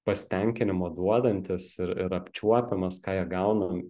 pasitenkinimo duodantis ir ir apčiuopiamas ką jie gauna